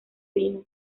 vino